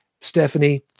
Stephanie